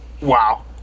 Wow